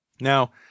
Now